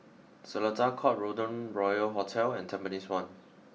Seletar Court Golden Royal Hotel and Tampines one